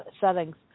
settings